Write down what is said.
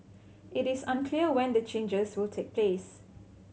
it is unclear when the changes will take place